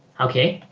okay